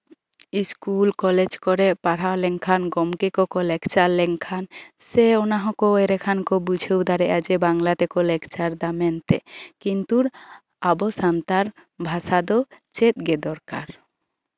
school college ᱠᱚᱨᱮ ᱯᱟᱲᱦᱟᱣ ᱞᱮᱱᱠᱷᱟᱱ ᱜᱚᱢᱠᱮ ᱠᱚᱠᱚ ᱞᱮᱠᱪᱟᱨ ᱞᱮᱠᱷᱟᱱ ᱥᱮ ᱚᱱᱟ ᱦᱚᱸᱠᱚ ᱮᱱᱰᱮ ᱠᱷᱟᱱ ᱠᱚ ᱵᱩᱡᱷᱟᱹᱣ ᱫᱟᱲᱮᱭᱟᱜ ᱡᱮ ᱵᱟᱝᱞᱟᱛᱮᱠᱚ ᱞᱮᱠᱪᱟᱨ ᱫᱟ ᱢᱮᱱᱛᱮ ᱠᱤᱱᱛᱩᱨ ᱟᱵᱚ ᱥᱟᱱᱛᱟᱲ ᱵᱷᱟᱥᱟ ᱫᱚ ᱪᱮᱫ ᱜᱮ ᱫᱚᱨᱠᱟᱨ